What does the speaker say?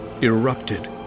erupted